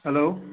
hello